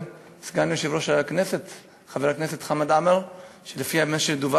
-- היושב-ראש הכוהן הגדול, המתוק.